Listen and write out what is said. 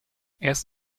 erst